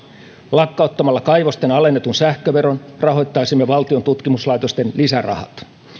lakkauttamalla kaivosten alennetun sähköveron rahoittaisimme valtion tutkimuslaitosten lisärahat